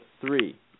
three